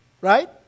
Right